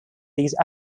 these